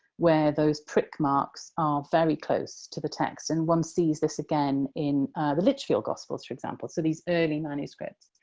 where those prick marks are very close to the text. and one sees this again in the lichfield gospels, for example so, these early manuscripts.